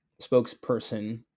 spokesperson